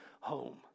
Home